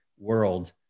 world